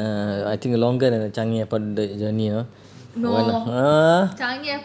err I think longer than the changi airport journey ah !huh!